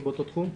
או באותו תחום?